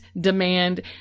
demand